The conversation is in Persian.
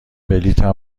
بلیطم